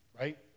Right